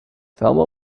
thelma